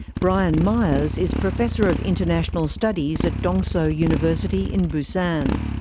brian myers is professor of international studies at dongseo university in busan.